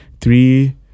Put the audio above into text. three